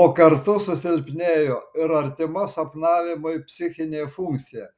o kartu susilpnėjo ir artima sapnavimui psichinė funkcija